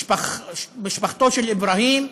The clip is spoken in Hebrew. משפחתו של אברהים,